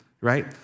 right